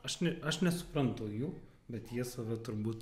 aš ne aš nesuprantu jų bet jie save turbūt